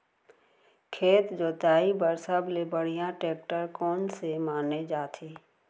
खेत जोताई बर सबले बढ़िया टेकटर कोन से माने जाथे?